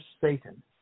Satan